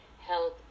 health